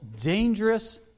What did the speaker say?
dangerous